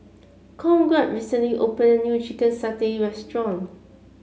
Conrad recently opened a new Chicken Satay Restaurant